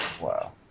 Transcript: Wow